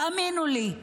תאמינו לי,